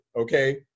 okay